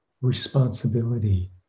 responsibility